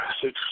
six